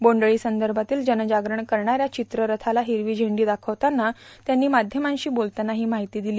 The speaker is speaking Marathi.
बॉंडअळी संदर्भातील जनजागरण करणाऱ्या चित्ररथाला ठिरवी झेंडी वाखवताना त्यांनी माध्यमांशी बोलताना ठी माहिती दिली